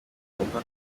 hagomba